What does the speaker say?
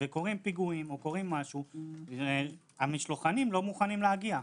וקורים פיגועים, והמשלוחנים לא מוכנים להגיע.